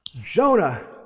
Jonah